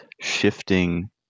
shifting